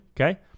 Okay